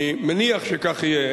אני מניח שכך יהיה.